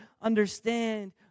understand